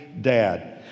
dad